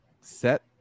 set